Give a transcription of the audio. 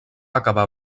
acabar